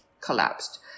collapsed